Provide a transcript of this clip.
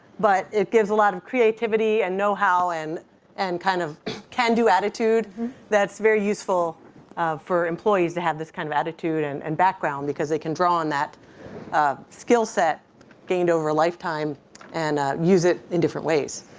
but it gives a lot of creativity and knowhow and and kind of can-do attitude that's very useful for employees to have this kind of attitude and and background because they can draw on that skillset gained over a lifetime and use it in different ways.